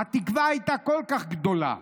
"התקווה הייתה כל כך גדולה,